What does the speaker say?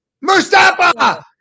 Mustafa